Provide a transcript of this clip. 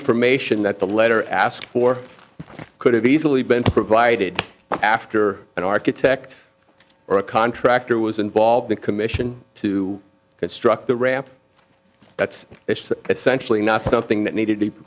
information that the letter asked for could have easily been provided after an architect or a contractor was involved the commission to construct the ramp that's essentially not something that needed to